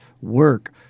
work